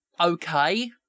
okay